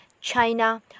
China